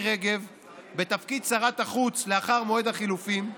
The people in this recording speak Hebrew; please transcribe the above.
רגב בתפקיד שרת החוץ לאחר מועד החילופים,